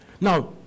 Now